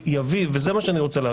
וזה מה שאני רוצה,